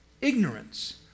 ignorance